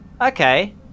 okay